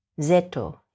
zeto